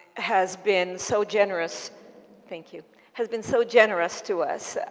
has been so generous thank you has been so generous to us.